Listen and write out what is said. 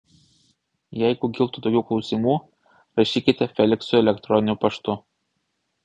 jeigu kiltų daugiau klausimų rašykite feliksui elektroniniu paštu